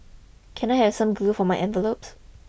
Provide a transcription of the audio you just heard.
can I have some glue for my envelopes